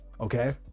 okay